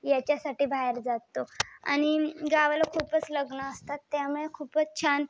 ह्याच्यासाठी बाहेर जातो आणि गावाला खूपच लग्न असतात त्यामुळे खूपच छान